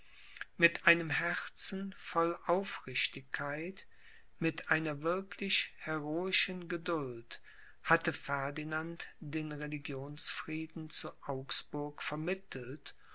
mit einem herzen voll aufrichtigkeit mit einer wirklich heroischen geduld hatte ferdinand den religionsfrieden zu augsburg vermittelt